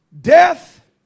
Death